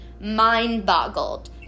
mind-boggled